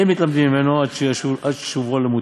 אין מתלמדין ממנו עד שובו למוטב,